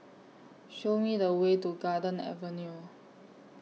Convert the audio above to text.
Show Me The Way to Garden Avenue